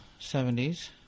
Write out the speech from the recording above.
70s